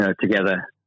Together